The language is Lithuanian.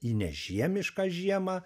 į nežiemišką žiemą